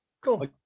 cool